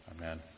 Amen